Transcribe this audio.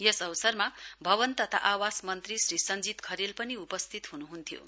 यस अवसरमा भवन तथा आवास मन्त्री श्री सञ्जीत खरेल पनि उपस्थित हुनुहुन्थ्यो